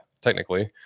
technically